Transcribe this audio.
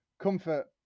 comfort